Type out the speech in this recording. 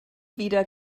wieder